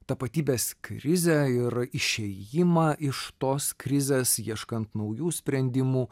tapatybės krizę ir išėjimą iš tos krizės ieškant naujų sprendimų